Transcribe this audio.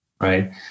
right